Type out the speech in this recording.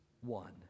One